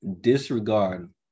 Disregard